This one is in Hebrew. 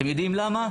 אתם יודעים למה?